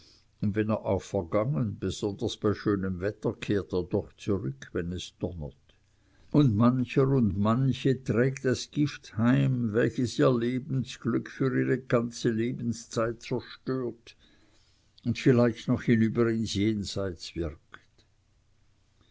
und wenn er auch vergangen besonders bei schönem wetter kehrt er doch zurück wenn es donnert und mancher und manche trägt das gift heim welches ihr lebensglück für ihre ganze lebenszeit zerstört und vielleicht noch hinüber ins jenseits wirkt